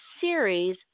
series